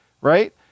right